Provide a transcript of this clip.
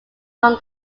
hong